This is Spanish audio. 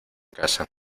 casa